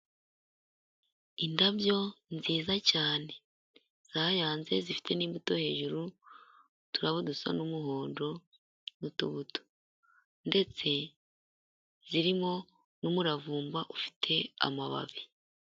Indabyo nziza cyane, zayanze zifite n'imbuto hejuru uturabo dusa n'umuhondo n'utubuto ndetse zirimo n'umuravumba ufite amababi,